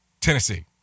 Tennessee